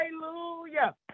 hallelujah